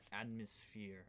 atmosphere